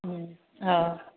हा